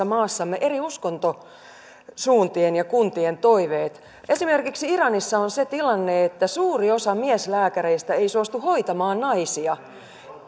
maassamme eri uskontosuuntien ja kuntien toiveet esimerkiksi iranissa on se tilanne että suuri osa mieslääkäreistä ei suostu hoitamaan naisia